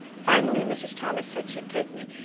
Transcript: finally mrs. thomas said she'd take me,